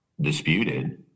disputed